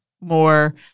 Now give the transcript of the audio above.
more